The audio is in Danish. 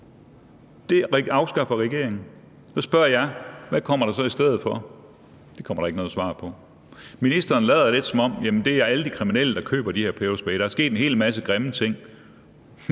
Den afskaffer regeringen. Så spørger jeg: Hvad kommer der så i stedet for? Det kommer der ikke noget svar på. Ministeren lader lidt, som om det er alle de kriminelle, der køber de her peberspray, og som om der er sket en hel masse grimme ting.